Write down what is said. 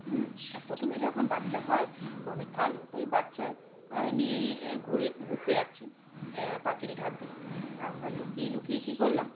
হুম আর প্রথমে যখন বাচ্চা হয় ত অনেক কালো তাই বাচ্চা নিয়ে ঘুরে ঘুরতে যাচ্ছে এ আর পাঁচিল ধার দিয়ে আমরা লুকিয়ে লুকিয়ে কী করলাম